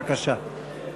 בבקשה.